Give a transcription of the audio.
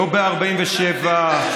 לא ב-1947,